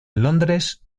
londres